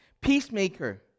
peacemaker